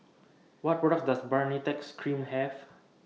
What products Does Baritex Cream Have